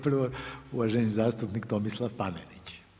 Prvo uvaženi zastupnik Tomislav Panenić.